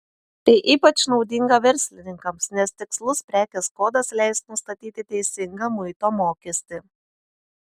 tai ypač naudinga verslininkams nes tikslus prekės kodas leis nustatyti teisingą muito mokestį